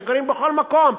שגרים בכל מקום,